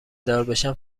داربشم